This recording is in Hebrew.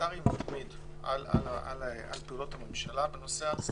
פרלמנטרי מתמיד על פעולות הממשלה בנושא הזה